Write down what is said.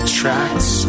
tracks